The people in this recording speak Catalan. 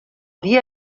dia